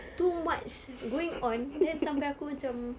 too much going on then sampai aku macam